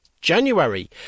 January